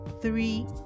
three